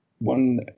one